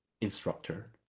instructor